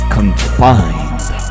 Confined